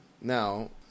Now